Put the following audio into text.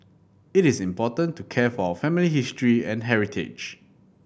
it's important to care for our family history and heritage